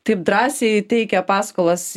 taip drąsiai teikia paskolas